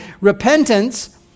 repentance